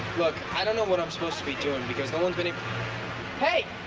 i'm don't know what i'm supposed to be doing, because no one's been hey!